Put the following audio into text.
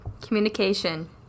Communication